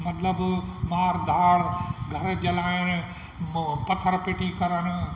मतलबु मार धार घर जलाइण पथर फिटी करणु